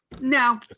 No